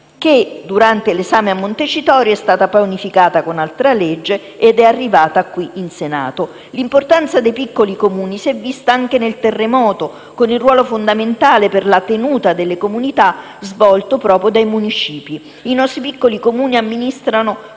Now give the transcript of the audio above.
che, durante l'esame a Montecitorio, è stata poi unificata ad altra legge ed è arrivata qui in Senato. L'importanza dei piccoli Comuni si è vista anche nel terremoto, con il ruolo fondamentale per la tenuta delle comunità svolto proprio dai municipi. I nostri piccoli Comuni amministrano,